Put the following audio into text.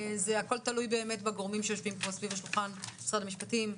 זה הכל תלוי באמת בגורמים שיושבים פה סביב השולחן: משרד המשפטים,